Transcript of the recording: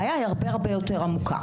היא הרבה יותר עמוקה.